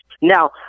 Now